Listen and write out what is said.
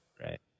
right